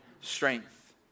strength